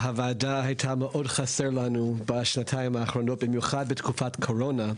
הוועדה הייתה מאוד חסרה לנו בשנתיים האחרונות במיוחד בתקופת הקורונה,